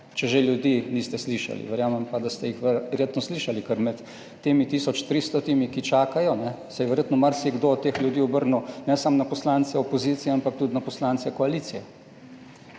če že ljudi niste slišali, verjamem pa, da ste jih verjetno slišali, kar med temi tisoč 300 temi, ki čakajo, se je verjetno marsikdo od teh ljudi obrnil ne samo na poslance opozicije, ampak tudi na poslance koalicije.